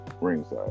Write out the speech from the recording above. ringside